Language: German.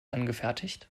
angefertigt